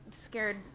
scared